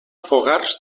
fogars